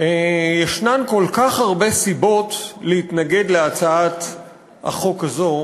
יש כל כך הרבה סיבות להתנגד להצעת החוק הזו,